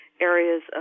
areas